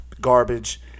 garbage